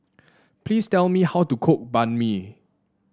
please tell me how to cook Banh Mi